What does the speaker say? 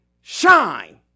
shine